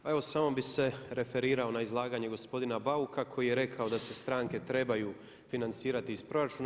Pa evo samo bih se referirao na izlaganje gospodina Bauka koji je rekao da se stranke trebaju financirati iz proračuna.